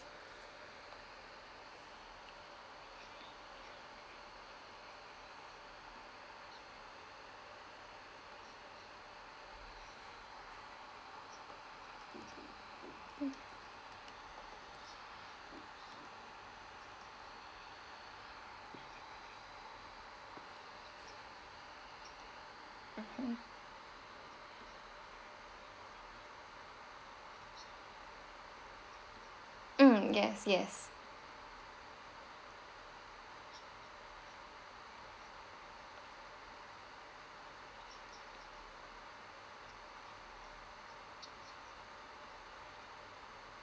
mm mmhmm mm yes yes